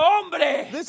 hombre